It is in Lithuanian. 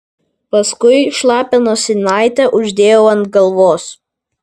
paskui šlapią nosinaitę uždėjau ant galvos